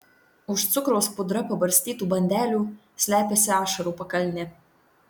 už cukraus pudra pabarstytų bandelių slepiasi ašarų pakalnė